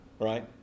right